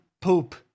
poop